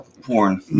porn